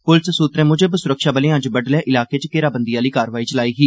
पुलस सुत्तरें मुजब सुरक्षाबलें अज्ज बड्डलै इलाके च घेराबंदी आह्ली कार्रवाई चलाई ही